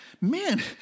Man